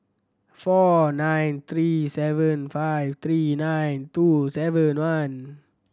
four nine three seven five three nine two seven one